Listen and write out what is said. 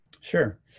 Sure